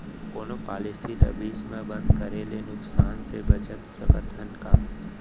कोनो पॉलिसी ला बीच मा बंद करे ले नुकसान से बचत सकत हन का?